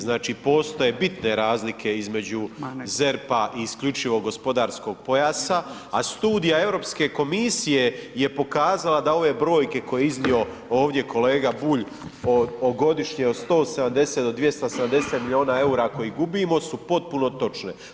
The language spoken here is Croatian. Znači postoje bitne razlike između ZERP-a i isključivog ekološkog pojasa, a Studija Europske komisije je pokazala da ove brojke koje je iznio ovdje kolega Bulj o godišnjem od 170 do 270 milijuna eura koje gubimo su potpuno točne.